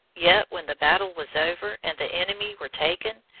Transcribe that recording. yet when the battle was over, and the enemy were taken,